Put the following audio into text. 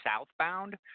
southbound